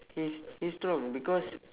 he's he's strong because